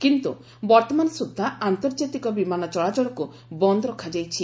କିନ୍ତୁ ବର୍ତ୍ତମାନ ସୁଦ୍ଧା ଆନ୍ତର୍ଜାତିକ ବିମାନ ଚଳାଚଳକୁ ବନ୍ଦ ରଖାଯାଇଛି